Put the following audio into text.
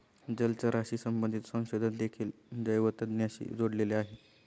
जलचराशी संबंधित संशोधन देखील जैवतंत्रज्ञानाशी जोडलेले आहे